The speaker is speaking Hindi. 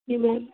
जी मैम